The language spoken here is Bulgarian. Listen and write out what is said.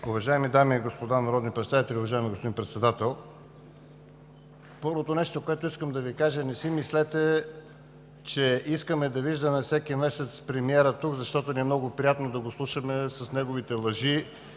Уважаеми дами и господа народни представители, уважаеми господин Председател! Първото нещо, което искам да Ви кажа: не си мислeте, че искаме да виждаме всеки месец премиера тук, защото ни е много приятно да го слушаме с неговите лъжи